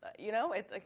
you know, like,